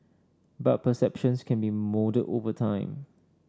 but perceptions can be moulded over time